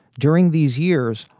during these years,